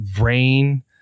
Rain